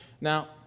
Now